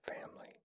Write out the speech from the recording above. family